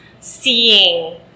seeing